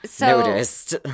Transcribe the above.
Noticed